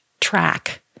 track